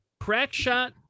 crackshot